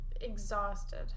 exhausted